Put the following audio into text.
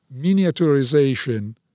miniaturization